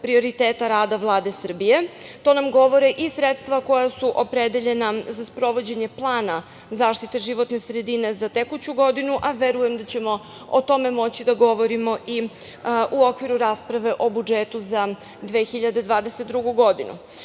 prioriteta rada Vlade Srbije. To nam govore i sredstva koja su opredeljena za sprovođenje plana zaštite životne sredine za tekuću godinu, a verujem da ćemo o tome moći da govori i u okviru rasprave o budžetu za 2022. godinu. Želim